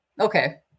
okay